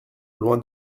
loin